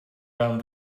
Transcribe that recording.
around